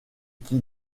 qui